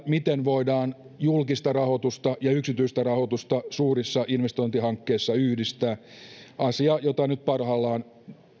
miten voidaan julkista rahoitusta ja yksityistä rahoitusta suurissa investointihankkeissa yhdistää asia jota nyt parhaillaan